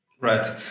Right